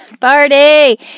Party